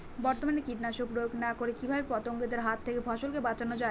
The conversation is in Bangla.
বর্তমানে কীটনাশক প্রয়োগ না করে কিভাবে পতঙ্গদের হাত থেকে ফসলকে বাঁচানো যায়?